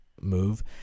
move